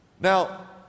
Now